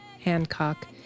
Hancock